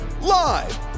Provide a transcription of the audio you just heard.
live